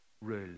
rule